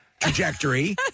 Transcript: Trajectory